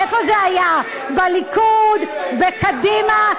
איפה זה היה, בליכוד, בקדימה?